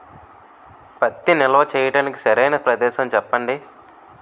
పత్తి నిల్వ చేయటానికి సరైన ప్రదేశం చెప్పండి?